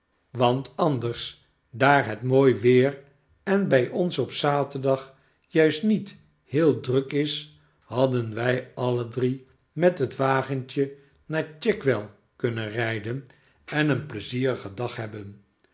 want anders daar het mooi weer en bij ons op zaterdag juist niet heel druk is hadden wij alle drie met het wagentje naar chigwell kunnen rijden en een pleizierigen dag hebben